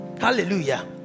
hallelujah